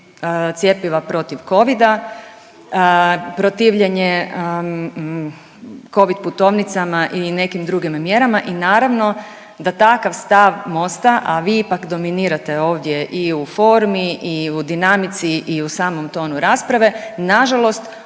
cjepiva protiv Covida, protivljenje Covid putovnicama i nekim drugim mjerama i naravno da takav stav Mosta, a vi ipak dominirate ovdje i u formi i u dinamici i u samom tonu rasprave, nažalost